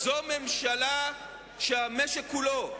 זו ממשלה שהמשק כולו,